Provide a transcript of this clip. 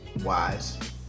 wise